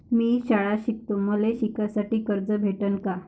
मी शाळा शिकतो, मले शिकासाठी कर्ज भेटन का?